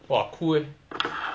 !wah! cool leh